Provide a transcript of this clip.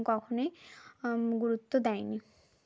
কখনোই গুরুত্ব দেয়নি